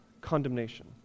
condemnation